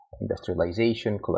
industrialization